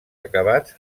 acabats